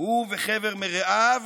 הוא וחבר מרעיו